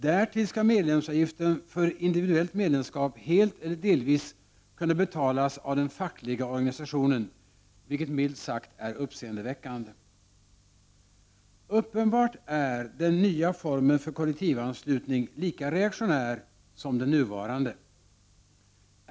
Därtill skall medlemsavgiften för indi viduellt medlemskap helt eller delvis kunna betalas av den fackliga organisationen, vilket milt sagt är uppseendeväckande. Uppenbart är den nya formen för kollektivanslutning lika reaktionär som den nuvarande.